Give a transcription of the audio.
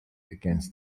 against